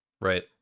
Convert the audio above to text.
right